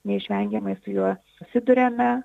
neišvengiamai su juo susiduriame